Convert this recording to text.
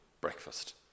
breakfast